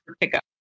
pickup